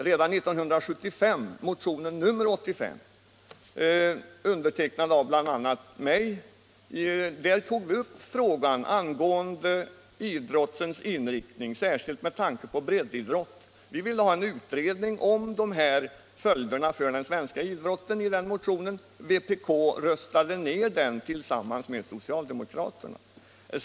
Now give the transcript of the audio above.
Redan i centermotionen 85 år 1975 tog vi upp frågan om idrottens inriktning särskilt med tanke på breddidrotten. Vi begärde i motionen en utredning om följderna för den svenska idrotten. Vpk röstade ner den tillsammans med socialdemokraterna.